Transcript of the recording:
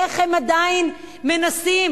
איך הם עדיין מנסים